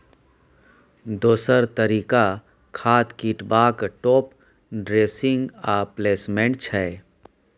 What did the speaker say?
दोसर तरीका खाद छीटबाक टाँप ड्रेसिंग आ प्लेसमेंट छै